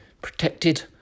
Protected